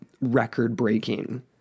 record-breaking